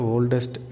Oldest